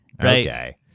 Okay